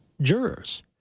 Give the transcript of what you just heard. jurors